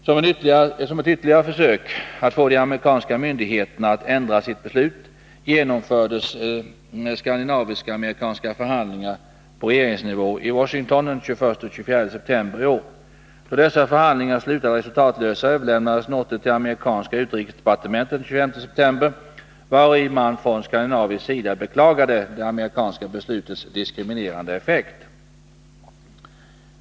Som ett ytterligare försök att få de amerikanska myndigheterna att ändra sitt beslut genomfördes skandinavisk-amerikanska förhandlingar på regeringsnivå i Washington den 21-24 september i år. Då dessa förhandlingar slutade resultatlösa överlämnades noter till amerikanska utrikesdepartementet den 25 september vari man från skandinavisk sida beklagade det amerikanska beslutets diskriminerande effekt.